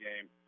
game